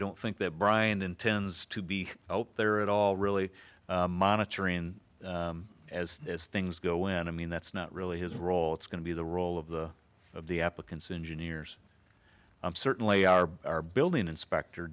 don't think that bryan intends to be ope there at all really monitoring as as things go and i mean that's not really his role it's going to be the role of the of the applicants engineers certainly are our building inspector